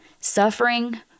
suffering